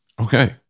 Okay